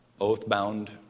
oath-bound